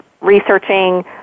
researching